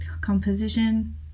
composition